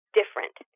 different